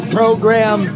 program